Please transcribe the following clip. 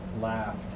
laughed